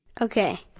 Okay